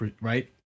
right